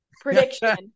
prediction